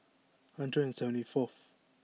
hundred and seventy fourth